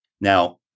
Now